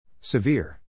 Severe